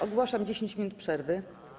Ogłaszam 10 minut przerwy.